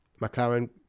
McLaren